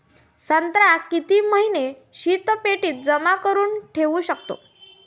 संत्रा किती महिने शीतपेटीत जमा करुन ठेऊ शकतो?